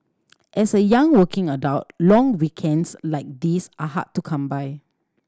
as a young working adult long weekends like these are hard to come by